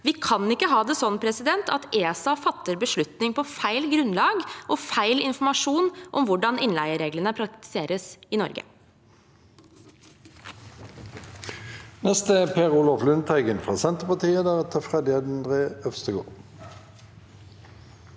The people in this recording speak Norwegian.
Vi kan ikke ha det sånn at ESA fatter beslutning på feil grunnlag og feil informasjon om hvordan innleiereglene praktiseres i Norge.